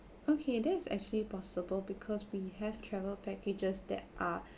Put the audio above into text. okay that's actually possible because we have travel packages that are like